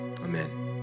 amen